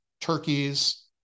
turkeys